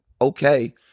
okay